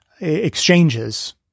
exchanges